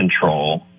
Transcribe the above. control